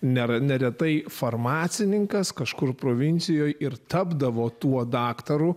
nėra neretai farmacininkas kažkur provincijoje ir tapdavo tuo daktaru